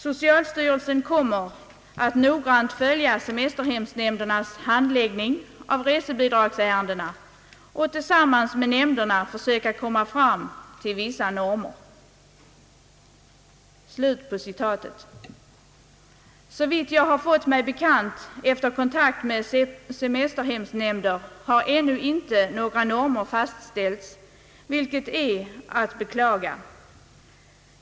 Socialstyrelsen - kommer att noggrant följa semesterhemsnämndernas handläggning av resebidragsärendena och tillsammans med nämnderna försöka komma fram till vissa normer.» Såvitt jag erfarit efter kontakt med semesterhemsnämnder har ännu icke några normer fastställts, vilket i högsta grad är att beklaga.